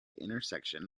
intersection